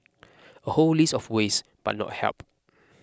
a whole list of ways but not help